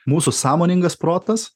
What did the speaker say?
mūsų sąmoningas protas